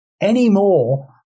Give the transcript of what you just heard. Anymore